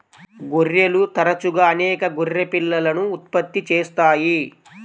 గొర్రెలు తరచుగా అనేక గొర్రె పిల్లలను ఉత్పత్తి చేస్తాయి